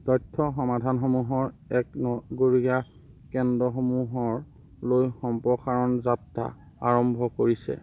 তথ্য সমাধানসমূহৰ নগৰীয়া কেন্দ্ৰসমূহক লৈ সম্প্ৰসাৰণ যাত্ৰা আৰম্ভ কৰিছে